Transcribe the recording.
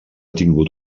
tingut